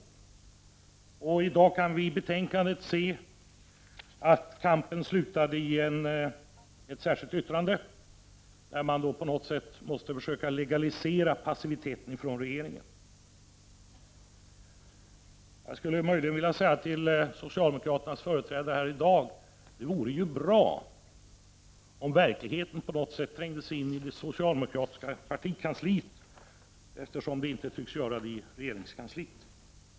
Av det betänkande som vi i dag behandlar framgår att kampen slutade med att man avgivit ett särskilt yttrande, där man på något sätt måste försöka legalisera passiviteten från regeringens sida. Till socialdemokraternas företrädare här i dag skulle jag nog vilja säga: Det vore bra om verkligheten på något sätt trängde sig in i det socialdemokratiska partikansliet. Den tycks ju inte kunna tränga in i regeringskansliet.